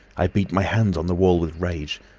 i beat my hands on the wall with rage.